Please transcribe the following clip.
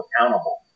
accountable